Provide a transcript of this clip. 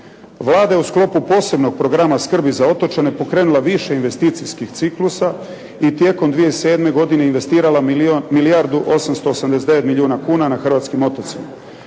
Vlada je u sklopu posebnog programa skrbi za otočane pokrenula više investicijskih ciklusa i tijekom 2007. godine investirala milijun, milijardu 889 milijuna kuna na hrvatskim otocima.